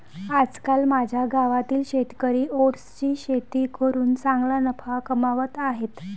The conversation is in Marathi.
आजकाल माझ्या गावातील शेतकरी ओट्सची शेती करून चांगला नफा कमावत आहेत